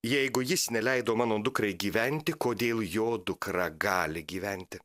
jeigu jis neleido mano dukrai gyventi kodėl jo dukra gali gyventi